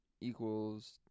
equals